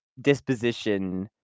disposition